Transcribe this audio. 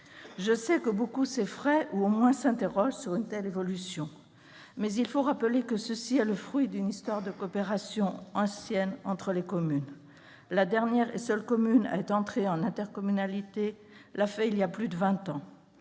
Je sais que beaucoup s'effraient ou, du moins, s'interrogent sur une telle évolution. Mais il faut rappeler que celle-ci est le fruit d'une histoire de coopération ancienne entre les communes. La dernière et seule commune à être entrée en intercommunalité l'a fait il y a plus de vingt ans.